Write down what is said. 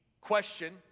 question